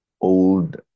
old